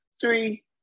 three